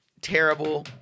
terrible